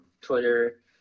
Twitter